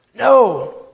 No